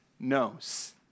Knows